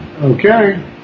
Okay